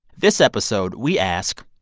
this episode, we ask,